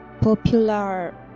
popular